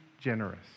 generous